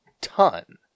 ton